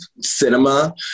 cinema